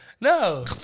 No